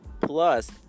plus